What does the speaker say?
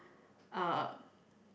uh